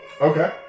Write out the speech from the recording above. Okay